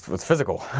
it's physical.